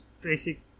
basic